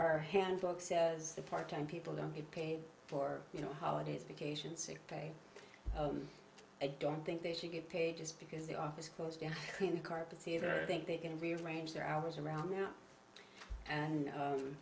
our hands on the part time people don't get paid for you know holidays the cation sick day i don't think they should get paid just because the office closed down the carpets either i think they can rearrange their hours around and and